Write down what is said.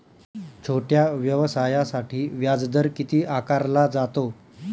छोट्या व्यवसायासाठी व्याजदर किती आकारला जातो?